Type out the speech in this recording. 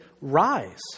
rise